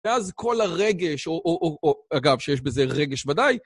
ואז כל הרגש, אגב, שיש בזה רגש ודאי,